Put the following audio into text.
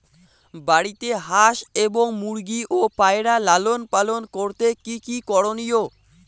বাড়িতে হাঁস এবং মুরগি ও পায়রা লালন পালন করতে কী কী করণীয়?